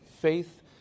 faith